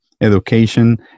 education